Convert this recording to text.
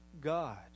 God